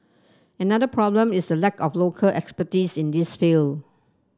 another problem is the lack of local expertise in this field